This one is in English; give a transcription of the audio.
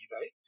right